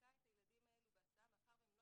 שמזכה את הילדים האלו בהסעה מאחר והם לא